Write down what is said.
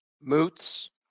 Moots